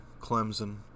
Clemson